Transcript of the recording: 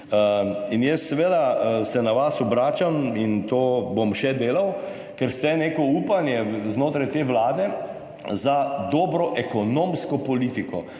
In jaz se na vas obračam in to bom še delal, ker ste neko upanje znotraj te vlade za dobro ekonomsko politiko.